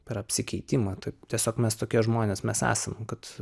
per apsikeitimą taip tiesiog mes tokie žmonės mes esame kad